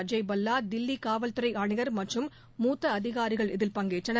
அஜய் பல்லா தில்லிகாவல்துறைஆணையர் மற்றும் மூத்தஅதிகாரிகள் இதில் கலந்தகொண்டனர்